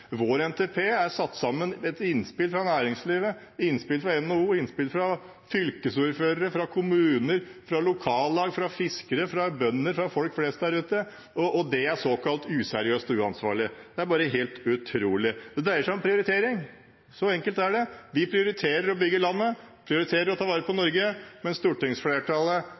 Vår NTP er satt sammen etter innspill fra næringslivet, innspill fra NHO og innspill fra fylkesordførere, fra kommuner, fra lokallag, fra fiskere, fra bønder, fra folk flest der ute – og det er såkalt useriøst og uansvarlig. Det er bare helt utrolig. Det dreier seg om prioritering. Så enkelt er det. Vi prioriterer å bygge landet, prioriterer å ta vare på Norge, mens stortingsflertallet,